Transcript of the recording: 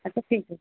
ଆଚ୍ଛା ଠିକ୍ ଅଛି